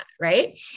Right